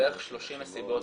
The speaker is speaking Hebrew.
יש בערך 30 מסיבות